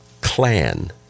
clan